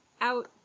out